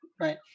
Right